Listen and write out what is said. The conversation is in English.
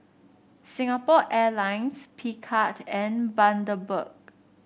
Singapore Airlines Picard and Bundaberg